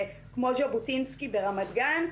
כמו ז'בוטינסקי ברמת גן,